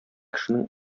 кешенең